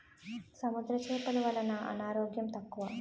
సముద్ర చేపలు వలన అనారోగ్యం తక్కువ